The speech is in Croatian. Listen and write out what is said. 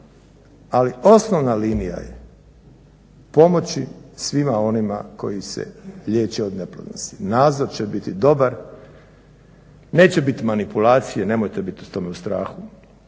Ali osnovna linija je pomoći svima onima koji se liječe od neplodnosti. Nadzor će biti dobar, neće biti manipulacije nemojte biti tome u strahu.